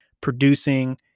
producing